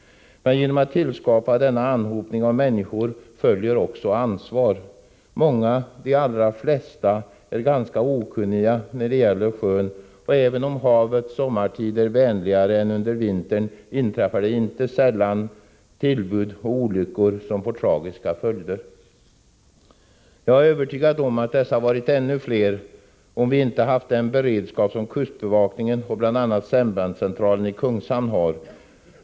Men med tillskapandet av denna anhopning av människor följer också ansvar. Många — de allra flesta — är ganska okunniga om vad som gäller på sjön, och även om havet sommartid är vänligare än under vintern inträffar inte sällan tillbud och olyckor som får tragiska följder. Jag är övertygad om att dessa olyckor varit ännu flera, om vi inte haft den beredskap som kustbevakningen och bl.a. sambandscentralen i Kungshamn har.